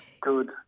Good